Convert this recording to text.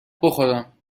بخورم